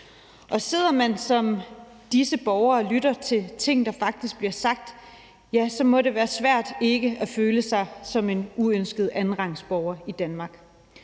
Og sidder man som disse borgere og lytter til ting, der faktisk bliver sagt, ja, så må det være svært ikke at føle sig som en uønsket andenrangsborger i Danmark.